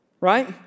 Right